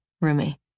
Rumi